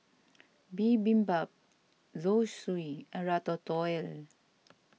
Bibimbap Zosui and Ratatouille